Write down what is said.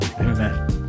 amen